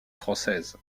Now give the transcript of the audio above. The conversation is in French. française